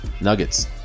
Nuggets